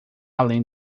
além